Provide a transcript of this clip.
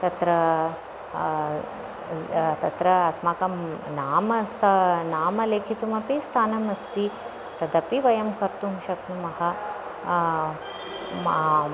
तत्र ज़् तत्र अस्माकं नाम स्त नाम लेखितुमपि स्थानमस्ति तदपि वयं कर्तुं शक्नुमः माम्